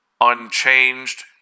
Unchanged